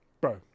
Bro